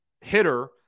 hitter